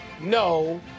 no